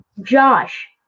Josh